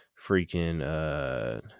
Freaking